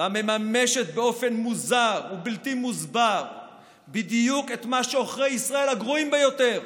ומממשת באופן מוזר ובלתי מוסבר בדיוק את מה שעוכרי ישראל הגרועים ביותר